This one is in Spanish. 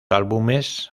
álbumes